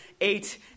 Eight